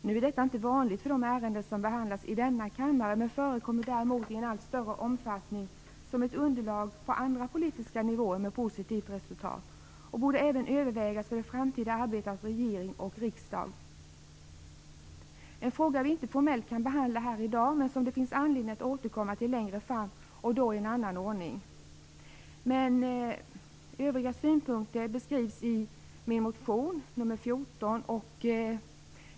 Nu är detta inte vanligt för ärenden som behandlas i denna kammare men förekommer med positivt resultat i en allt större omfattning som underlag på andra politiska nivåer och borde även övervägas för det framtida arbetet i regering och riksdag. Det här är en fråga som vi formellt inte kan behandla här i dag men som det finns anledning att återkomma till längre fram och då i en annan ordning. Övriga synpunkter beskrivs i vår motion, 1995/96:Ju14.